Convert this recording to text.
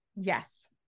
Yes